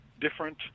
different